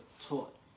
taught